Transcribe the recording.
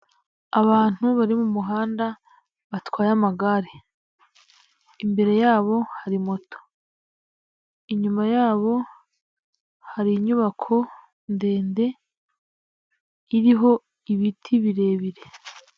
Abantu bari mu muhanda batwaye amagare, imbere yabo hari moto, inyuma yabo hari inyubako ndende iriho ibiti birebire.